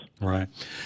Right